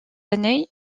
années